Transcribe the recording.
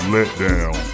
Letdown